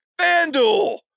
FanDuel